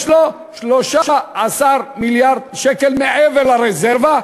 יש לו 13 מיליארד שקל מעבר לרזרבה,